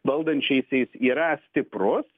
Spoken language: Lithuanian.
valdančiaisiais yra stiprus